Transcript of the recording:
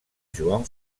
joan